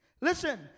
Listen